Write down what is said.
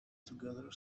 together